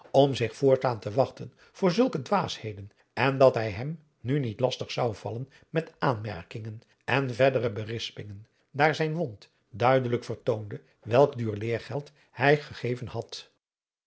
om zich voordaan te wachten voor zulke dwaasheden en dat hij hem nu niet lastig zou vallen met aanmerkingen en verdere berispingen daar zijn wond duidelijk vertoonde welk duur leergeld hij gegeven had